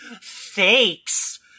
fakes